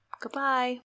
Goodbye